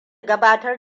gabatar